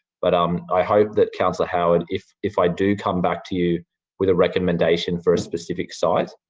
but um i hope that councillor howard, if if i do come back to you with a recommendation for a specific site,